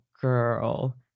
girl